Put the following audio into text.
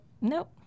nope